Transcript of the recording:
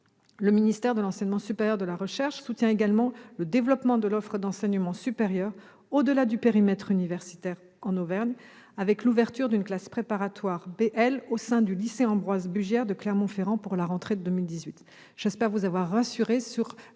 qui sera doté de 9 postes. Le ministère soutient également le développement de l'offre d'enseignement supérieur au-delà du périmètre universitaire en Auvergne, avec l'ouverture d'une classe préparatoire B/L au sein du lycée Ambroise-Brugière de Clermont-Ferrand pour la rentrée 2018. J'espère vous avoir rassurée sur